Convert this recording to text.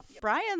Brian